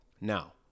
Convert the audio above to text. Now